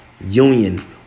union